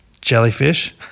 jellyfish